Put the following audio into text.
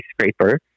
skyscraper